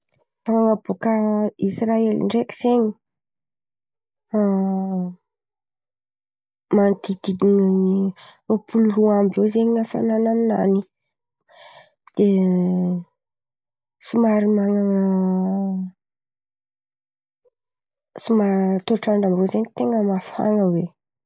Hafanana bôka Israely ndraiky zen̈y, a manodididina ny roapolo roa amby eo zen̈y hafanana aminan̈y. De somary manana somary toetrandra amin-drô zen̈y ten̈a mafana oe.